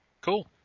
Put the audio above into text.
cool